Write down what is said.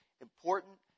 important